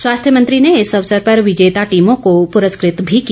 स्वास्थ्य मंत्री ने इस अवसर पर विजेता टीमों को पुरस्कृत भी किया